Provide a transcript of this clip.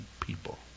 people